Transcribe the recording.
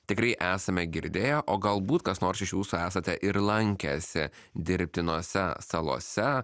tikrai esame girdėję o galbūt kas nors iš jūsų esate ir lankęsi dirbtinose salose